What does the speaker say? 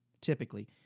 typically